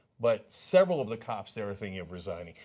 but several of the cops there are thinking of resigning.